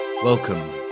Welcome